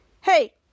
hey